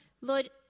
Lord